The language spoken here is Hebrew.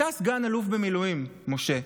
אתה סגן אלוף במילואים, משה,